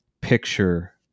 picture